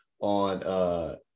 on